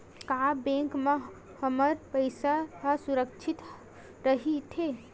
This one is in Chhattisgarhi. का बैंक म हमर पईसा ह सुरक्षित राइथे?